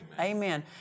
Amen